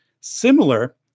similar